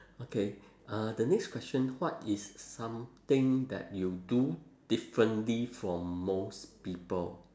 okay uh the next question what is something that you do differently from most people